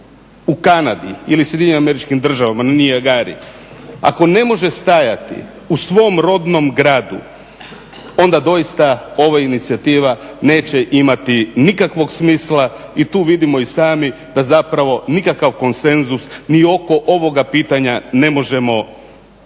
u Kanadi ili SAD-u na Niagari, ako ne može stajati u svom rodnom gradu onda doista ova inicijativa neće imati nikakvog smisla i tu vidimo i sami da zapravo nikakav konsenzus ni oko ovoga pitanja ne možemo postići.